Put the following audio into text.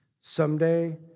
Someday